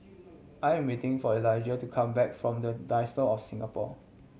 I am waiting for Eligah to come back from The Diocese of Singapore